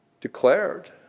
declared